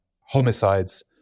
homicides